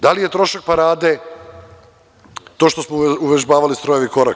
Da li je trošak parade to što smo uvežbavali strojevi korak?